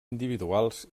individuals